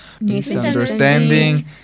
misunderstanding